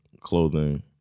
clothing